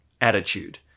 attitude